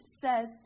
says